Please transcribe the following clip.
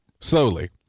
slowly